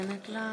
(קוראת בשם חברת הכנסת)